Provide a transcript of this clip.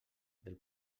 del